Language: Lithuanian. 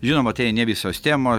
žinoma tai ne visos temos